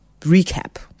recap